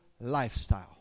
lifestyle